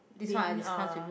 being a